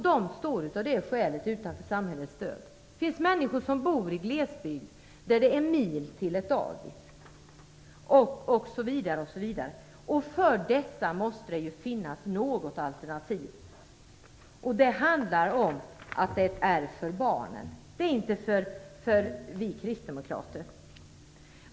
De står av det skälet utanför samhällets stöd. Det finns människor som bor i glesbygden och som har flera mil till ett dagis. För dessa människor måste det finnas något alternativ. Det handlar om ett alternativ för barnen, inte för oss kristdemokrater.